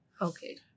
Okay